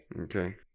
okay